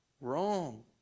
wrong